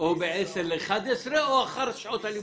בבוקר או בין 10:00 ל-11:00 או לאחר שעות הלימודים?